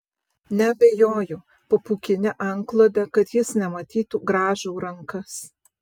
neabejoju po pūkine antklode kad jis nematytų grąžau rankas